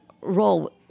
role